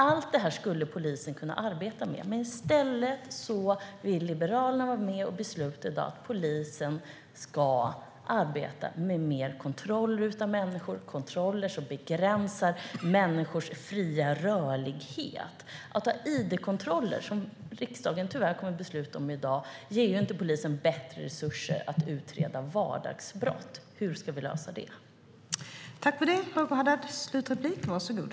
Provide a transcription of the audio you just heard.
Allt det skulle polisen kunna arbeta med, men i stället vill Liberalerna besluta att polisen ska arbeta med mer kontroller av människor. Det är kontroller som begränsar människors fria rörlighet. De id-kontroller som riksdagen tyvärr kommer att besluta om i dag ger inte polisen bättre resurser att utreda vardagsbrott. Hur ska vi lösa det problemet?